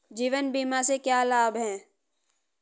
जीवन बीमा से क्या लाभ हैं?